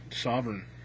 Sovereign